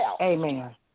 Amen